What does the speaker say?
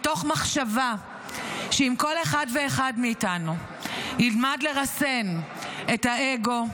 מתוך מחשבה שאם כל אחד ואחד מאיתנו ילמד לרסן את האגו,